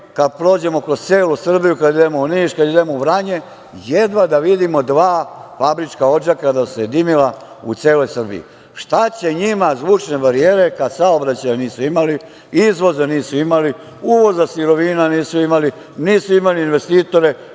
kada prođemo kroz celu Srbiju, kada idemo u Niš, kada idemo u Vranje, jedva da vidimo dva fabrička odžaka da su se dimila u celoj Srbiji. Šta će njima zvučne barijere kada saobraćaja nisu imali, izvoza nisu imali, uvoza sirovina nisu imali, nisu imali investitore,